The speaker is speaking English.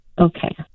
Okay